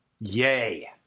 yay